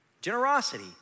Generosity